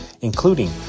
including